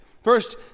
First